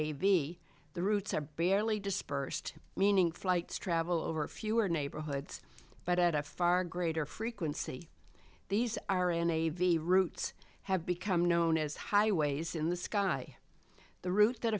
a v the routes are barely dispersed meaning flights travel over fewer neighborhoods but at a far greater frequency these are n a v routes have become known as highways in the sky the route that